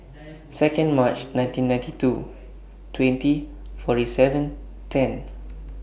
Second March nineteen ninety two twenty forty seven ten